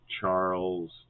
charles